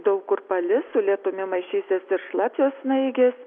daug kur palis su lietumi maišysis ir šlapios snaigės